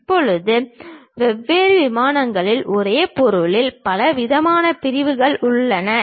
இப்போது வெவ்வேறு விமானங்களில் ஒரே பொருளில் பலவிதமான பிரிவுகள் உள்ளன